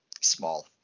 small